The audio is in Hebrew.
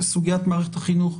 סוגיית מערכת החינוך,